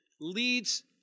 leads